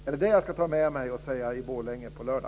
Är det vad jag ska ta med mig och säga i Borlänge på lördag?